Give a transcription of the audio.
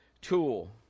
tool